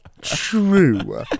true